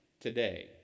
today